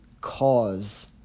cause